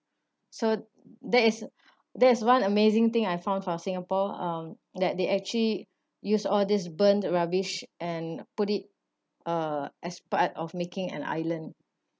so that is that is one amazing thing I found from singapore um that they actually use all this burned rubbish and put it uh as part of making an island